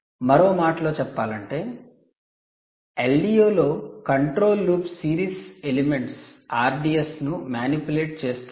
మరో మాటలో చెప్పాలంటే LDO లో control loop series elements RDS ను మానిప్యులేట్ చేస్తుంది